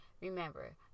remember